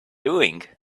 doing